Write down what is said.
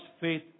faith